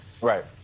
right